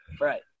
Right